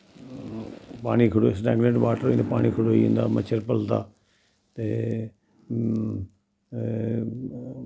पानी खड़ोई जंदा स्टैगनैंट वाटर होई जंदा पानी खड़ोई जंदा मच्छर पलदा ते